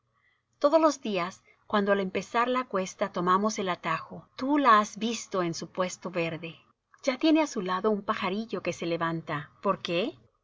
todos los días cuando al empezar la cuesta tomamos el atajo tú la has visto en su puesto verde ya tiene á su lado un pajarillo que se levanta por qué